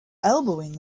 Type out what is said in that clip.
elbowing